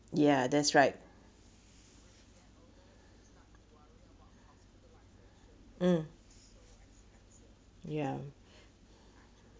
ya that's right um ya